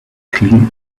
clean